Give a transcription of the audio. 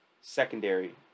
secondary